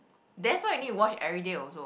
that's why you need to wash everyday also